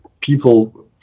people